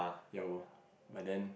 ya lor but then